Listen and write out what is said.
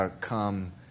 come